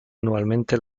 anualmente